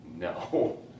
No